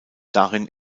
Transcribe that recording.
darin